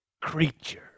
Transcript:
Creature